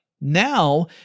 Now